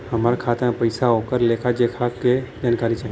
हमार खाता में पैसा ओकर लेखा जोखा के जानकारी चाही?